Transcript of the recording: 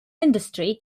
industry